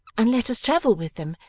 and let us travel with them.